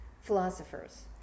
philosophers